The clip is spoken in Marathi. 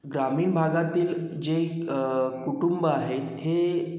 ग्रामीण भागातील जे कुटुंब आहेत हे